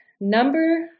number